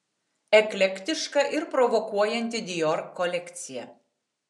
eklektiška ir provokuojanti dior kolekcija